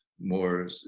more